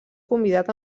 convidat